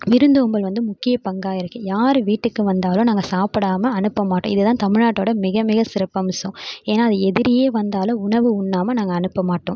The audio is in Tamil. விருந்தோம்பல் வந்து முக்கிய பங்காக இருக்கு யார் வீட்டுக்கு வந்தாலும் நாங்கள் சாப்பிடாம அனுப்ப மாட்டோம் இதுதான் தமிழ் நாட்டோட மிக மிக சிறப்பம்சம் ஏன்னா அது எதிரியே வந்தாலும் உணவு உண்ணாமல் நாங்கள் அனுப்ப மாட்டோம்